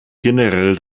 generell